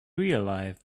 realized